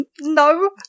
no